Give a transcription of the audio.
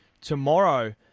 tomorrow